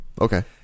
Okay